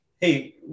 hey